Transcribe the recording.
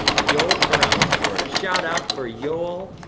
yol corrales, florida, shout-out for yol,